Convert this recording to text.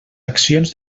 accions